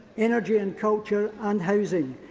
energy, and culture and housing.